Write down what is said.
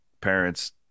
parents